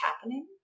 happening